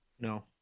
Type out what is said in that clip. no